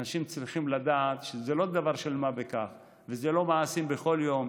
אנשים צריכים לדעת שזה לא דבר של מה בכך וזה לא מעשי בכל יום,